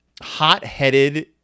Hot-headed